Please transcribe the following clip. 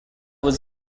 was